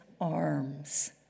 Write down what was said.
arms